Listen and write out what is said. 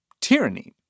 tyranny